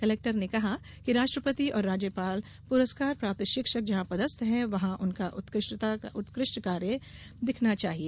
collector ने कहा कि राष्ट्रपति और राज्यपाल पुरस्कार प्राप्त शिक्षक जहां पदस्थ हैं वहां उनका उत्कृष्ट कार्य दिखना चाहिए